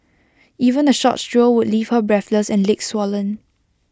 even A short stroll would leave her breathless and legs swollen